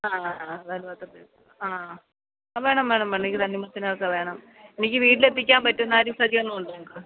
ആ ആ എന്നാൽ ഇരുന്നോട്ടെ എന്നാൽ ആ വേണം വേണം വേണം എനിക്ക് തണ്ണിമത്തനും ഒക്കെ വേണം എനിക്ക് വീട്ടിലെത്തിക്കാൻ പറ്റുന്ന ആ ഒരു സജ്ജീകരണം ഉണ്ടോ നിങ്ങൾക്ക്